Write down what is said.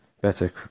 better